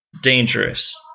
Dangerous